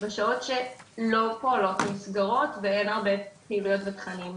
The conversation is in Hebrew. בשעות שלא פועלות מסגרות ואין הרבה פעילויות ותכנים.